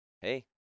hey